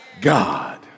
God